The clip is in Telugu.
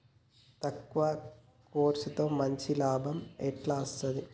తక్కువ కర్సుతో మంచి లాభం ఎట్ల అస్తది?